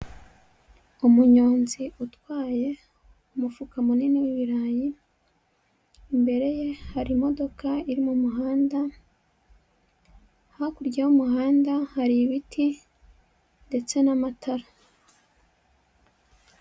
Umunyonzi utwaye umufuka munini w'ibirayi, imbere ye hari imodoka iri mu muhanda, hakurya y'umuhanda hari ibiti ndetse n'amatara.